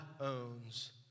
owns